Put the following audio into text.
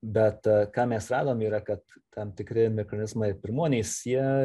bet ką mes radom yra kad tam tikri mikronizmai pirmuonys jie